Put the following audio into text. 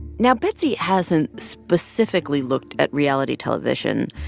now, betsy hasn't specifically looked at reality television,